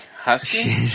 husky